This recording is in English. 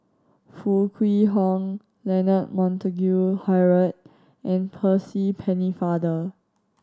Foo Kwee Horng Leonard Montague Harrod and Percy Pennefather